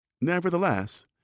Nevertheless